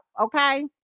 okay